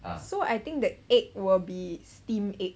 so I think the egg will be steam egg